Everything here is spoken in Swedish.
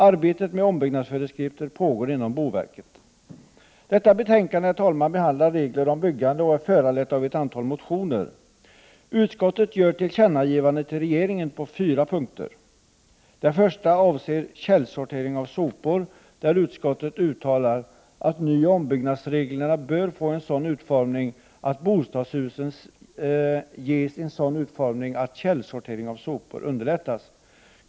Arbete med ombyggnadsföreskrifter pågår inom boverket. en på fyra punkter. Den första avser källsortering av sopor, där utskottet uttalar att nybyggnadsoch ombyggnadsreglerna bör få en sådan utformning att källsortering av sopor underlättas i bostadshusen.